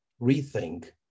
rethink